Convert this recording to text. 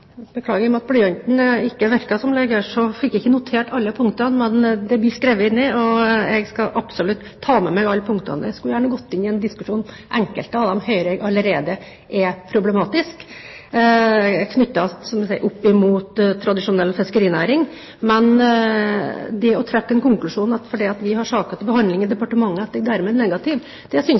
Beklager, men i og med at blyanten ikke virket lenger, fikk jeg ikke notert alle punktene. Men det blir skrevet ned, og jeg skal absolutt ta med meg alle punktene. Jeg skulle gjerne gått inn i en diskusjon – enkelte av punktene hører jeg er problematiske allerede, knyttet opp mot tradisjonell fiskerinæring. Men å trekke den konklusjon at vi fordi vi har saken til behandling i departementet, er negative, synes jeg er